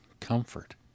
comfort